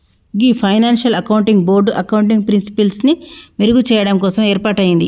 గీ financial accounting board accounting ప్రిన్సిపిల్సి మెరుగు చెయ్యడం కోసం ఏర్పాటయింది